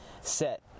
set